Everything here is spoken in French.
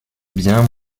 bien